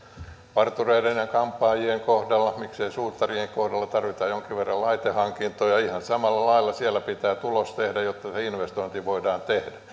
partureiden ja kampaajien kohdalla miksei suutarien kohdalla tarvitaan jonkin verran laitehankintoja ihan samalla lailla siellä pitää tulosta tehdä jotta se investointi voidaan